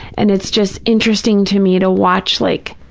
and it's just interesting to me to watch like,